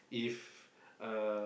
if uh